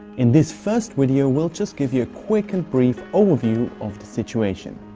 in this first video we'll just give you a quick and brief overview of the situation.